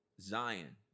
Zion